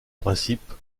principe